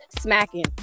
smacking